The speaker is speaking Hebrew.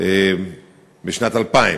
בשנת 2000,